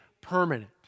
permanent